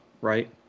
right